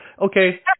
okay